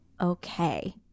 okay